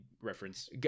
reference